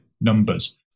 numbers